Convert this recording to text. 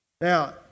Now